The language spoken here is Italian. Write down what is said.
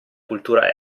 cultura